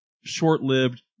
short-lived